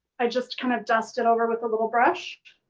i just, kind of, dust it over with a little brush